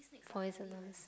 poisonous